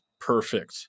perfect